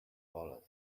dollars